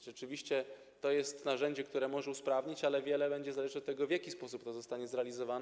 Rzeczywiście to jest narzędzie, które może usprawnić, ale wiele będzie zależeć od tego, w jaki sposób to zostanie zrealizowane.